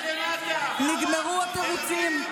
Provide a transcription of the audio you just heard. נגמרו התירוצים.